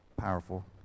powerful